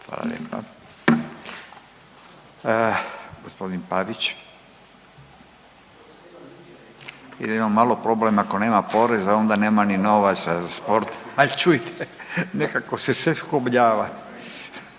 Hvala lijepa. Gospodin Pavić. Imamo malo problem ako nema poreza, onda nema ni novaca za sport. Ali čujte nekako se sve